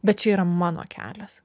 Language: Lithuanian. bet čia yra mano kelias